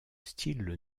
style